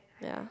yeah